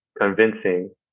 convincing